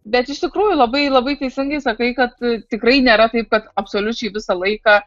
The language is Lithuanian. bet iš tikrųjų labai labai teisingai sakai kad tikrai nėra taip kad absoliučiai visą laiką